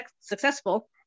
successful